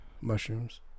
mushrooms